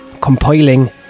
compiling